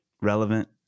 relevant